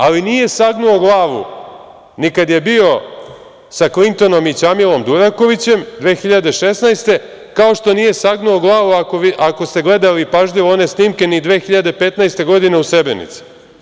Ali nije sagnuo glavu ni kada je bio sa Klintonom i Ćamilom Durakovićem 2016. godine, kao što nije sagnuo glavu, ako ste gledali pažljivo one snimke, ni 2015. godine u Srebrenici.